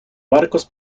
barcos